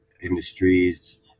industries